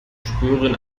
spüren